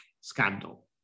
scandal